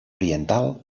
oriental